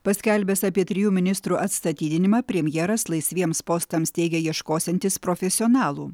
paskelbęs apie trijų ministrų atstatydinimą premjeras laisviems postams teigia ieškosiantis profesionalų